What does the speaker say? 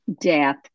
death